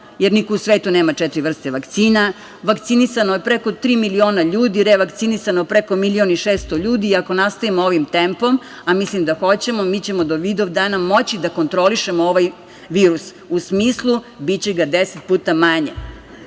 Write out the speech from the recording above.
jer niko u svetu nema četiri vrste vakcina. Vakcinisano je preko tri miliona ljudi, revakcinisano preko 1,6 miliona ljudi. Ako nastavimo ovim tempom, a mislim da hoćemo, mi ćemo do Vidovdana moći da kontrolišemo ovaj virus u smislu da će ga biti 10 puta manje. Tako